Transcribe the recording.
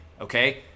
Okay